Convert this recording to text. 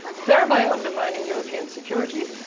thereby undermining european security.